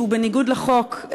שהוא בניגוד לחוק,